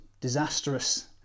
disastrous